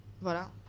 Voilà